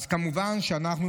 אז כמובן שאנחנו,